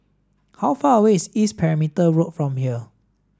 how far away is East Perimeter Road from here